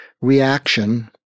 reaction